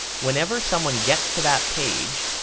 whenever someone gets to that page,